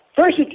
First